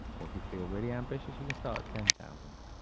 or if you feel really ambitious, you can start ten thousand